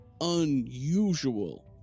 unusual